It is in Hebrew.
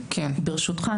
ברשותך,